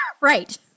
Right